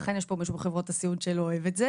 לכן יש פה מישהו בחברות הסיעוד שלא אוהב את זה